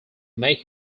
make